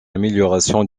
amélioration